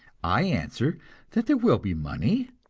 i answer that there will be money,